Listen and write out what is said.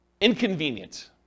inconvenient